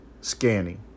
scanning